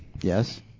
Yes